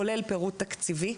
כולל פירוט תקציבי.